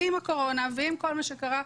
עם הקורונה ועם כל מה שקרה,